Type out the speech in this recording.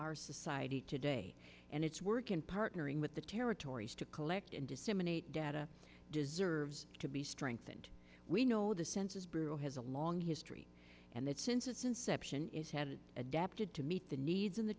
our society today and its work in partnering with the territories to collect and disseminate data deserves to be strengthened we know the census bureau has a long history and that since its inception is has adapted to meet the needs and the